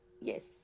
Yes